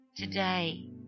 Today